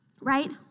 Right